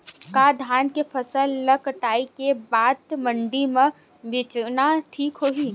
का धान के फसल ल कटाई के बाद मंडी म बेचना ठीक होही?